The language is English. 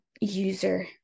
user